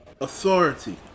authority